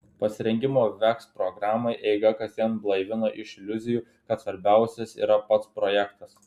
pasirengimo veks programai eiga kasdien blaivino iš iliuzijų kad svarbiausias yra pats projektas